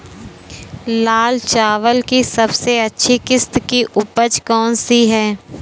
लाल चावल की सबसे अच्छी किश्त की उपज कौन सी है?